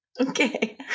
Okay